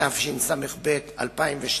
התשס"ב 2002,